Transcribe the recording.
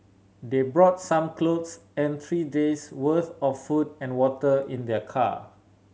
they brought some clothes and three days' worth of food and water in their car